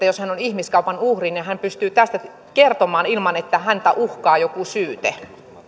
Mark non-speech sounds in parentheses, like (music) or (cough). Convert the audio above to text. (unintelligible) jos hän on ihmiskaupan uhri niin hän pystyy tästä kertomaan ilman että häntä uhkaa joku syyte